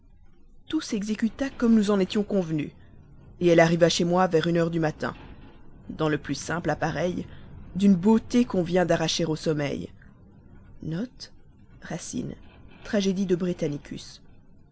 tout s'exécuta comme nous en étions convenus elle arriva chez moi vers une heure du matin dans le simple appareil d'une beauté qu'on vient d'arracher au sommeil